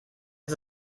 das